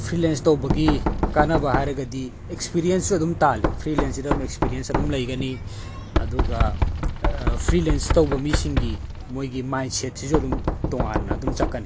freelance ꯇꯧꯕꯒꯤ ꯀꯥꯟꯅꯕ ꯍꯥꯏꯔꯒꯗꯤ ꯑꯦꯛꯁꯄꯤꯔꯤꯌꯦꯟꯁꯁꯨ ꯑꯗꯨꯝ ꯇꯥꯜꯂꯤ ꯐ꯭ꯔꯤꯂꯦꯟꯁꯁꯤꯗ ꯑꯦꯛꯁꯄꯤꯔꯤꯌꯦꯟꯁ ꯑꯗꯨꯝ ꯂꯩꯒꯅꯤ ꯑꯗꯨꯒ ꯐ꯭ꯔꯤꯂꯦꯟꯁ ꯇꯧꯕ ꯃꯤꯁꯤꯡꯒꯤ ꯃꯣꯏꯒꯤ ꯃꯥꯏꯟ ꯁꯦꯠꯁꯤꯁꯨ ꯑꯗꯨꯝ ꯇꯣꯉꯥꯟꯅ ꯑꯗꯨꯝ ꯆꯠꯀꯅꯤ